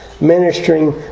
ministering